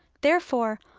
therefore,